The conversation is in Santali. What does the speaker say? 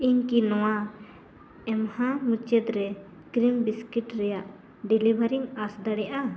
ᱤᱧ ᱠᱤ ᱱᱚᱣᱟ ᱮᱢᱦᱟ ᱢᱩᱪᱟᱹᱫ ᱨᱮ ᱠᱨᱤᱢ ᱵᱤᱥᱠᱤᱴ ᱨᱮᱭᱟᱜ ᱰᱮᱞᱤᱵᱷᱟᱨᱤᱢ ᱟᱥ ᱫᱟᱲᱮᱭᱟᱜᱼᱟ